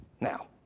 Now